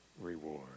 reward